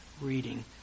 reading